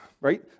Right